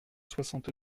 soixante